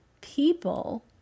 People